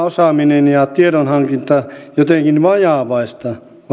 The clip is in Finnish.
osaaminen ja tiedonhankinta jotenkin vajavaista tai heikkoa